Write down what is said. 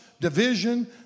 division